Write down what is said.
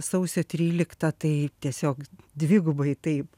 sausio trylikta tai tiesiog dvigubai taip